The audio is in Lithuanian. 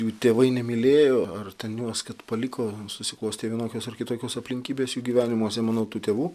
jų tėvai nemylėjo ar ten juos kad paliko susiklostė vienokios ar kitokios aplinkybės jų gyvenimuose manau tų tėvų